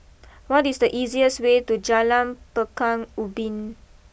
what is the easiest way to Jalan Pekan Ubin